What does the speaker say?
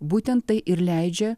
būtent tai ir leidžia